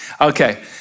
Okay